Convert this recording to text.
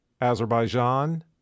Azerbaijan